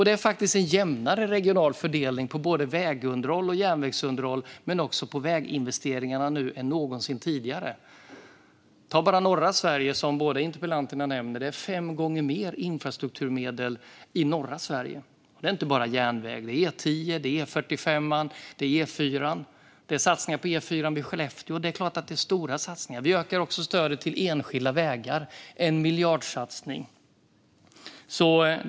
Det är faktiskt en jämnare regional fördelning på både vägunderhåll och järnvägsunderhåll men också på väginvesteringar nu än någonsin tidigare. Titta bara på norra Sverige, som båda interpellanterna nämner. Det är fem gånger mer infrastrukturmedel i norra Sverige, och det är inte bara järnväg. Det är E10, E45 och E4. Det är satsningar på E4 vid Skellefteå. Det är klart att det är stora satsningar. Vi ökar också stödet till enskilda vägar med en miljardsatsning.